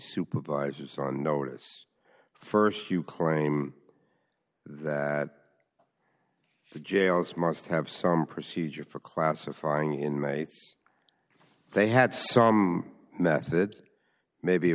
supervisors on notice st you claim that the jails must have some procedure for classifying inmates they had some method maybe it